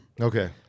Okay